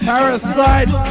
Parasite